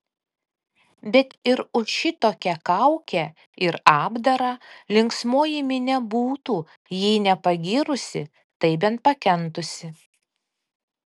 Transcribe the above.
bet ir už šitokią kaukę ir apdarą linksmoji minia būtų jei ne pagyrusi tai bent pakentusi